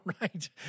right